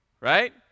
Right